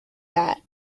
that